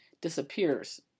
disappears